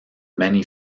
many